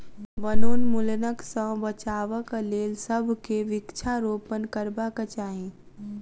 वनोन्मूलनक सॅ बचाबक लेल सभ के वृक्षारोपण करबाक चाही